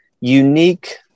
unique